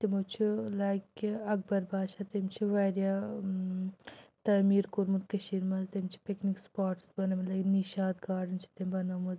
تِمو چھُ لایِک کہِ اَکبر بادشاہ تٔمۍ چھِ واریاہ تعمیٖر کوٚرمُت کٔشیٖر مَنٛز تٔمۍ چھِ پِکنِک سپاٹٕس بَنٲومٕتۍ لایِک نِشاط گارڈَن چھِ تٔمۍ بَنٲومُت